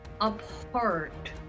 apart